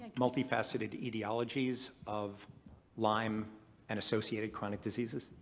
multifaceted etiologies of lyme and associated chronic diseases.